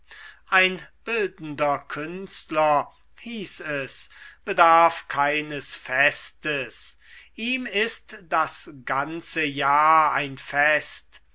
ein bildender künstler hieß es bedarf keines festes ihm ist das ganze jahr ein fest